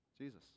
Jesus